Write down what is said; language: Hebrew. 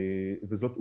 זאת עובדה.